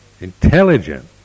intelligent